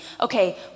okay